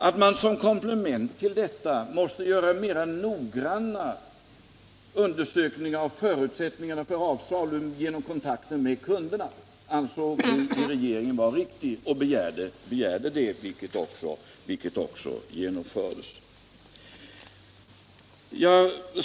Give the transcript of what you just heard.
Att man som komplement till detta måste göra mera noggranna undersökningar av förutsättningarna för avsalu genom kontakt med kunderna ansåg vi i regeringen vara riktigt. Vi begärde detta, vilket också genomfördes.